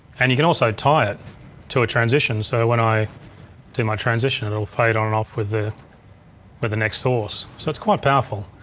and you can also tie it to a transition. so when i do my transition it will fade on and off with the next source. so it's quite powerful.